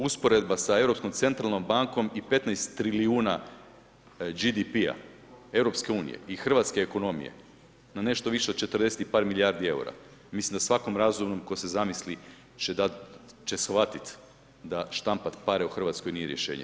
Usporedba sa Europskom centralnom bankom i 15 trilijuna BDP-a EU i hrvatske ekonomije na nešto više od 40 i par milijardi eura, mislim da svakom razumnom tko se zamisli će shvatiti da štampati pare u Hrvatskoj nije rješenje.